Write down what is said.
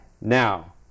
Now